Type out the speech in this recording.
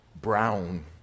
brown